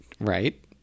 Right